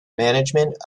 management